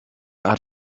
hat